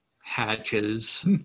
hatches